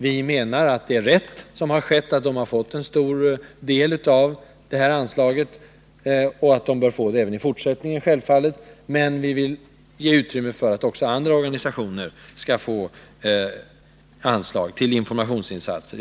Vi menar att det är riktigt att ge dem en stor del av detta anslag även i fortsättningen, men vi vill göra det möjligt också för andra organisationer att få anslag till informationsinsatser.